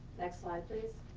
next slide, please.